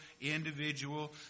individual